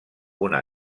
una